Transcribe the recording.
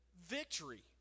victory